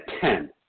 ten